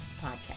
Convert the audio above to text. Podcast